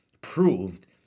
proved